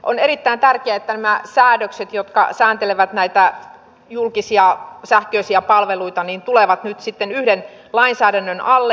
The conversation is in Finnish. on erittäin tärkeää että nämä säädökset jotka sääntelevät näitä julkisia sähköisiä palveluita tulevat nyt yhden lainsäädännön alle